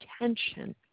attention